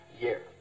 year